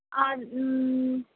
ਆ